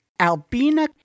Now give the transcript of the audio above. Albina